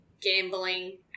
gambling